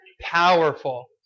Powerful